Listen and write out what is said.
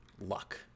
luck